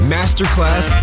Masterclass